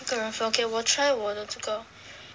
一个人份 okay 我 try 我的这个